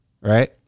right